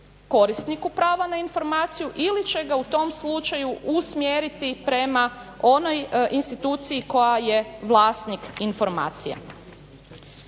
korisniku prava na informaciju, ili će ga u tom slučaju usmjeriti prema onoj instituciji koja je vlasnik informacije.